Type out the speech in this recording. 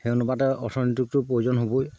সেই অনুপাতে অৰ্থনীতিকটোৰ প্ৰয়োজন হ'বই